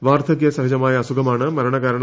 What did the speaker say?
വാർദ്ധകൃ സഹജമായ അസുഖമാണ് മരണകാരണം